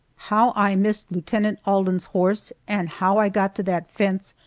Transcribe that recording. how i missed lieutenant alden's horse, and how i got to that fence,